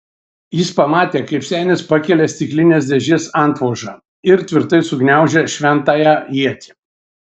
jis pamatė kaip senis pakelia stiklinės dėžės antvožą ir tvirtai sugniaužia šventąją ietį